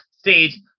Stage